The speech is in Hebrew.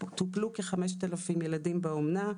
טופלו כ-5,000 ילדים באומנה,